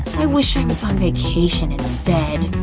i wish i was on vacation instead.